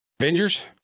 Avengers